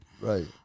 Right